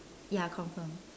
ya confirm